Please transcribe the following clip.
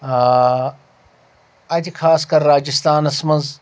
آ اتہِ خاص کر راجستانس منٛز